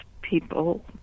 people